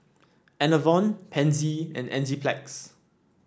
Enervon Pansy and Enzyplex